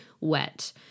wet